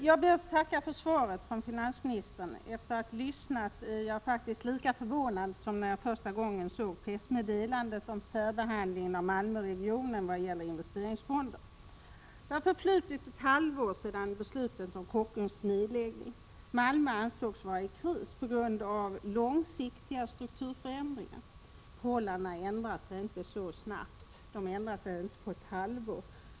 Jag ber att få tacka för svaret från finansministern. Efter att ha lyssnat till det är jag faktiskt lika förvånad som jag var när jag första gången såg pressmeddelandet om särbehandlingen av Malmöregionen vad gäller investeringsfonderna. Det har bara förflutit ett halvår sedan beslutet om Kockums nedläggning kom. Malmö ansågs vara i kris på grund av långsiktiga strukturförändringar. Förhållandena ändras dock inte så snabbt som på ett halvår.